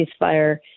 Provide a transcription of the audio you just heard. ceasefire